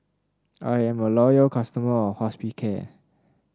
I am a loyal customer of Hospicare